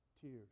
tears